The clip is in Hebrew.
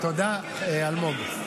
תודה, אלמוג.